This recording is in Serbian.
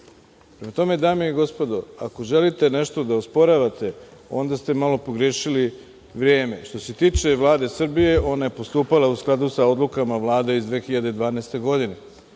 Prema tome, dame i gospodo, ako želite nešto da osporavate, onda ste malo pogrešili vreme. Što se tiče Vlade Srbije, ona je postupala u skladu sa odlukama Vlade iz 2012. godine.